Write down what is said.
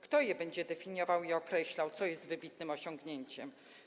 Kto będzie definiował i określał, co jest wybitnym osiągnięciem?